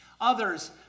others